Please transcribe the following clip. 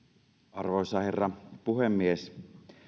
arvoisa herra puhemies